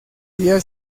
día